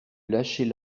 lâcher